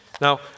Now